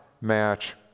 match